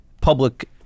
public